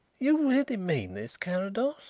you really mean this, carrados?